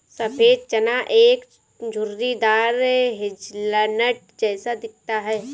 सफेद चना एक झुर्रीदार हेज़लनट जैसा दिखता है